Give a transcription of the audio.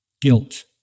guilt